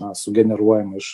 na sugeneruojama iš